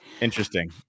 interesting